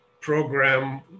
program